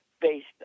based